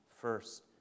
first